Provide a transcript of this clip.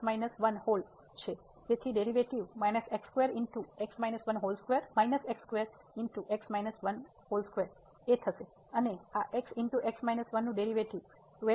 તેથી ડેરિવેટિવ છે અને આ x નું ડેરિવેટિવ થશે